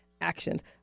actions